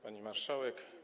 Pani Marszałek!